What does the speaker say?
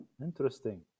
Interesting